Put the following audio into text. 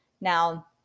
Now